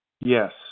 Yes